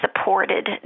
supported